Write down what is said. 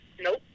Nope